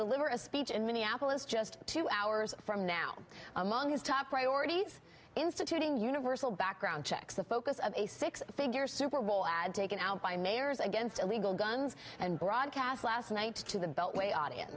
deliver a speech in minneapolis just two hours from now among his top priorities instituting universal background checks the focus of a six figure super bowl ad taken out by mayors against illegal guns and broadcast last night to the beltway audience